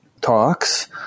talks